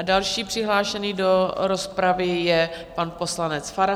Další přihlášený do rozpravy je pan poslanec Farhan.